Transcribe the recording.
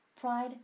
pride